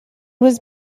was